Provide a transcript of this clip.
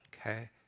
Okay